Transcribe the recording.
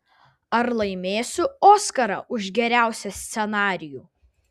ar laimėsiu oskarą už geriausią scenarijų